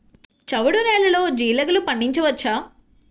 చవుడు నేలలో జీలగలు పండించవచ్చా?